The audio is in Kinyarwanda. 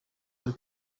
ari